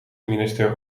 minister